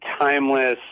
timeless